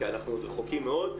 כי אנחנו עוד רחוקים מאוד,